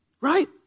right